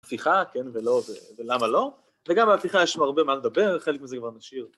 הפיכה, כן ולא ולמה לא, וגם על הפיכה יש לנו הרבה מה לדבר, חלק מזה כבר נשאיר.